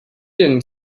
doing